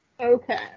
Okay